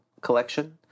collection